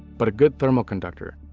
but a good thermal conductor,